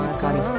sorry